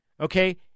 Okay